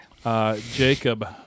Jacob